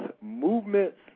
movements